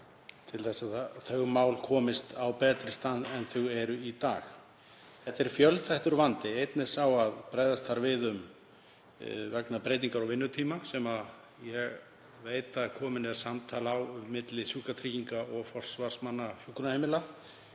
til þess að þau mál komist á betri stað en þau eru í dag. Þetta er fjölþættur vandi. Einn er sá að bregðast þarf við vegna breytingar á vinnutíma sem ég veit að komið er samtal um milli sjúkratrygginga og forsvarsmanna hjúkrunarheimila.